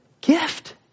Gift